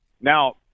Now